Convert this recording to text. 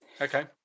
Okay